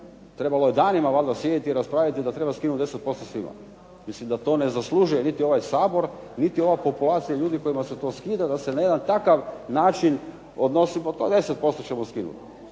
trebalo je danima valjda sjediti i raspravljati da treba skinuti 10% svima. Mislim da to ne zaslužuje niti ovaj Sabor niti ova populacija ljudi kojima se to skida, da se na jedan takav način odnosi pa 10% ćemo skinuti.